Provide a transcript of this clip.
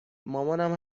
مامانم